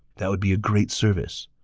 that would be a great service.